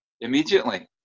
immediately